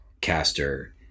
caster